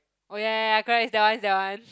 oh ya ya ya correct it's that one it's that one